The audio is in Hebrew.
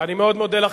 אני מאוד מודה לך,